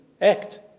act